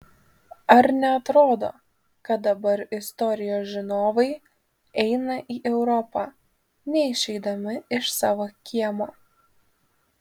ar neatrodo kad dabar istorijos žinovai eina į europą neišeidami iš savo kiemo